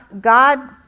God